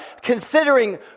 considering